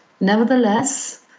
nevertheless